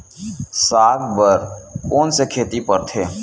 साग बर कोन से खेती परथे?